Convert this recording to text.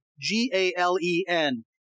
G-A-L-E-N